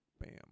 Bam